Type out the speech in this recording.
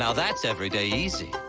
um that's everyday easy.